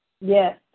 Yes